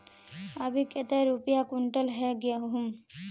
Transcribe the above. अभी कते रुपया कुंटल है गहुम?